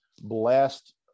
blessed